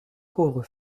pauvre